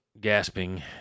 gasping